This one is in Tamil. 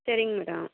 சரிங்க மேடம்